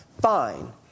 fine